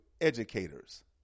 educators